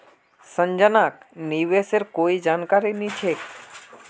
संजनाक निवेशेर कोई जानकारी नी छेक